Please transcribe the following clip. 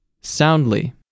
soundly